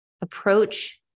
approach